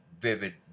vivid